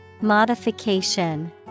Modification